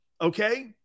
Okay